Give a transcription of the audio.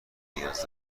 نیاز